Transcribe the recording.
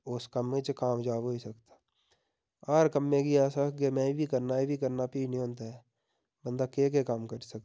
उस कम्मै च कामजाब होई सकदा हर कम्मै गी अस आखगे में एह् बी करना एह् बी करना फ्ही नी होंदा ऐ बंदा केह् केह् कम्म करी सकदा